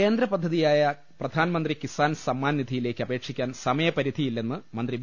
കേന്ദ്രപദ്ധതിയായ പ്രധാൻമന്ത്രി കിസാൻ സമ്മാൻ നിധിയി ലേക്ക് അപേക്ഷിക്കാൻ സമയപരിധിയില്ലെന്ന് മന്ത്രി വി